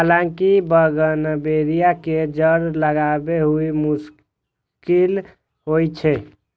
हालांकि बोगनवेलिया मे जड़ि लागब बहुत मुश्किल होइ छै